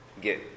get